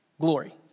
glory